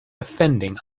offending